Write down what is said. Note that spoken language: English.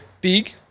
big